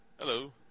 Hello